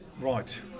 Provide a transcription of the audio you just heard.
Right